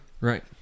right